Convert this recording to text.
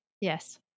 yes